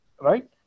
right